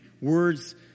words